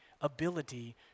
ability